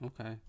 Okay